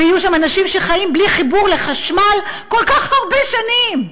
ויהיו שם אנשים שחיים בלי חיבור לחשמל כל כך הרבה שנים.